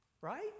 Right